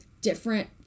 different